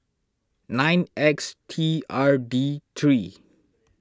nine X T R D three